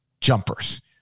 jumpers